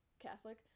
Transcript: catholic